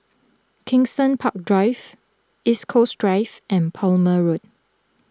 Kensington Park Drive East Coast Drive and Palmer Road